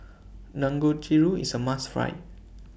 Dangojiru IS A must Try